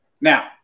Now